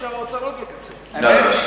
עכשיו האוצר מקצץ עוד.